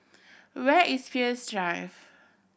where is Peirce Drive